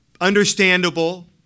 understandable